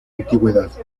antigüedad